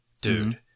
Dude